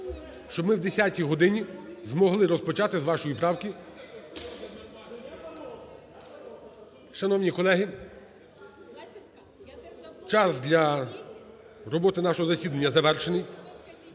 щоб ми о 10 годині змогли розпочати з вашої правки. Шановні колеги, час для роботи нашого засідання завершений.